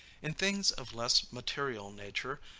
in things of less material nature,